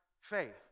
faith